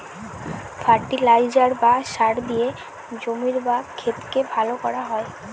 fertiliser বা সার দিয়ে জমির বা ক্ষেতকে ভালো করা হয়